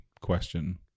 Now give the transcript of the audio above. question